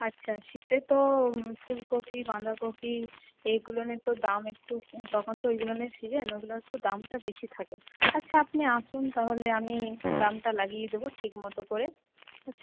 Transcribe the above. আচ্ছা শীতে তো ফুলকপি বাঁধাকপি এইগুলোর তো দাম একটু তখন তো এইগুলোর সিজেন ওইগুলোর দাম একটু বেশি থাকে আচ্ছা আপনি আসুন তাহলে আমি দামটা লাগিয়ে দেবো ঠিকমতো করে